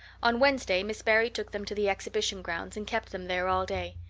on wednesday miss barry took them to the exhibition grounds and kept them there all day.